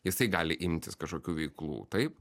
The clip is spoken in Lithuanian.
jisai gali imtis kažkokių veiklų taip